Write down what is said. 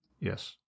Yes